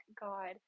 God